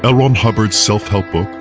ah ron hubbard's self-help book,